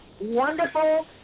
wonderful